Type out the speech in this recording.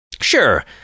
Sure